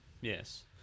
Yes